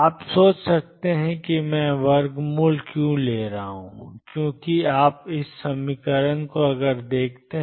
आप सोच सकते हैं कि मैं वर्गमूल क्यों ले रहा हूं क्योंकि आप ⟨x ⟨x⟩⟩0 देखते हैं